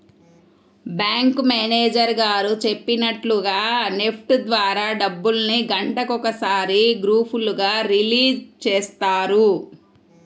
bank manager గారు చెప్పినట్లుగా NEFT ద్వారా డబ్బుల్ని గంటకొకసారి గ్రూపులుగా రిలీజ్ చేస్తారు